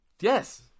Yes